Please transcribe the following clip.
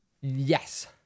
Yes